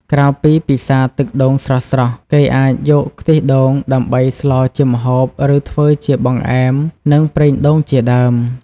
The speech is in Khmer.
ក្រៅពីពិសាទឹកដូងស្រស់ៗ គេអាចយក ខ្ទិះដូង ដើម្បីស្លជាម្ហូប ឬធ្វើជា បង្អែម និង ប្រេងដូង ជាដើម។